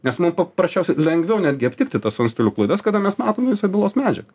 nes mum paprasčiausiai lengviau netgi aptikti tas antstolių klaidas kada mes matom visą bylos medžiagą